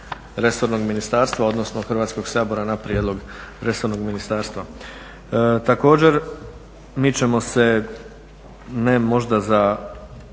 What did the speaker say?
resornog ministarstva, odnosno Hrvatskog sabora na prijedlog resornog ministarstva. Također, mi ćemo se ne možda za